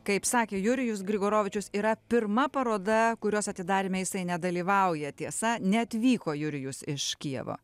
kaip sakė jurijus grigorovičius yra pirma paroda kurios atidaryme jisai nedalyvauja tiesa neatvyko jurijus iš kijevo